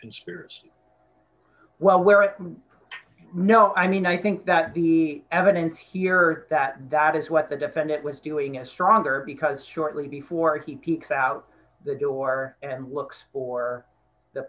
conspirators well where no i mean i think that the evidence here that that is what the defendant was doing a stronger because shortly before he peeks out the door and looks for the